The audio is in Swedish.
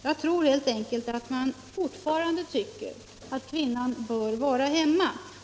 Jag tror helt enkelt att man fortfarande tycker att kvinnan bör vara hemma.